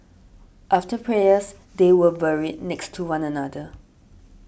after prayers they were buried next to one another